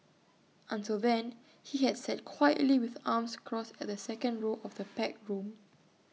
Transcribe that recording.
until then he had sat quietly with arms crossed at the second row of the packed room